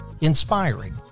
Inspiring